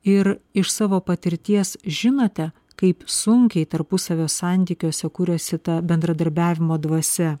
ir iš savo patirties žinote kaip sunkiai tarpusavio santykiuose kuriasi ta bendradarbiavimo dvasia